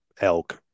elk